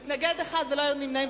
יש מתנגד אחד, ואין נמנעים.